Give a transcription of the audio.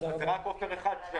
במידת מה לא הגעתם מוכנים לדיון,